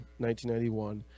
1991